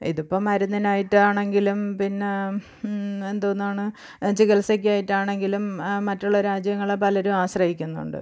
ഇതിപ്പം മരുന്നിനായിട്ടാണെങ്കിലും പിന്നെ എന്തോന്നാണ് ചികിത്സയ്ക്ക് ആയിട്ടാണെങ്കിലും മറ്റുള്ള രാജ്യങ്ങളെ പലരും ആശ്രയിക്കുന്നുണ്ട്